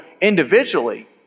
individually